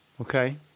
Okay